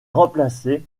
remplacée